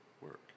work